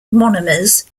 monomers